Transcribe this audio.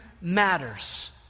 matters